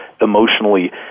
emotionally